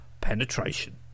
Penetration